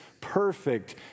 perfect